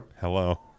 Hello